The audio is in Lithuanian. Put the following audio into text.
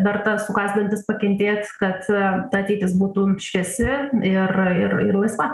verta sukast dantis pakentėt kad ta ateitis būtų šviesi ir ir ir laisva